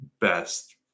best